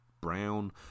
Brown